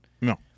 No